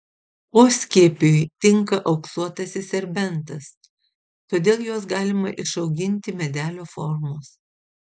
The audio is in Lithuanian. poskiepiui tinka auksuotasis serbentas todėl juos galima išauginti medelio formos